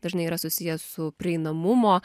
dažnai yra susiję su prieinamumo